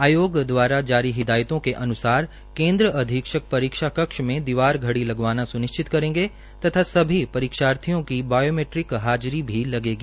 आयोग द्वारा जरी हिदायतों के अनुसार केन्द्र अधीक्षक परीक्षा कक्ष में दीवार घड़र लगवाना सुनिश्चित करेंगे तथा सभी परीक्षार्थियों की बायोमीट्रिक हाजिरी भी लगेगी